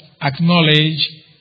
acknowledge